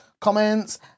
comments